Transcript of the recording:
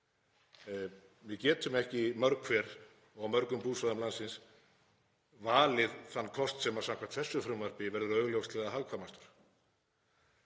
Við getum ekki mörg hver og á mörgum búsvæðum landsins valið þann kost sem samkvæmt þessu frumvarpi verður augljóslega hagkvæmastur.